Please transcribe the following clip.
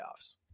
playoffs